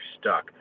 stuck